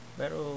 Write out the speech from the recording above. pero